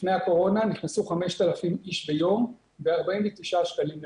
לפני הקורונה נכנסו אליו 5,000 אנשים ביום ב-49 שקלים לנפש.